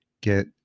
get